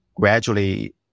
gradually